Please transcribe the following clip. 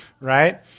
right